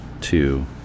two